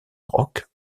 roc